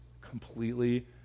completely